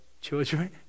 children